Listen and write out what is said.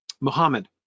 Muhammad